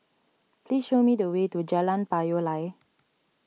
please show me the way to Jalan Payoh Lai